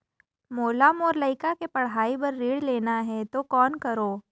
मोला मोर लइका के पढ़ाई बर ऋण लेना है तो कौन करव?